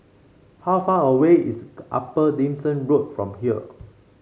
how far away is Upper Dickson Road from here